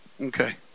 Okay